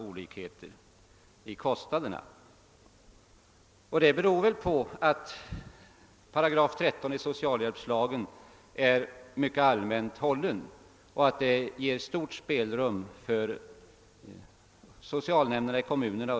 Det beror väl på att 8 13 i socialhjälpslagen är mycket allmänt hållen och ger stort spelrum för socialnämnderna i kommunerna.